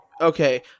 okay